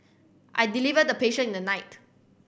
I delivered the patient in the night